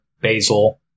Basil